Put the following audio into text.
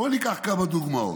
בואו ניקח כמה דוגמאות: